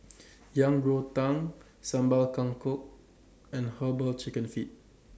Yang Rou Tang Sambal Kangkong and Herbal Chicken Feet